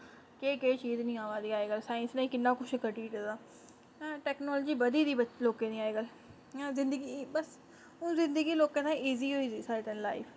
केह् केह् चीज निं आवा दी अज्जकल साइंस ने कि'न्ना कुछ करी ओड़े दा टेक्नोलाॅजी बधी दी लोकें दी अज्जकल इ'यां जिंदगी बस हून जिंदगी लोकें दी इजी होई दी साढ़े ताहीं लाइफ